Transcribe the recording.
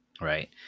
right